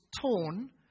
torn